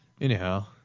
Anyhow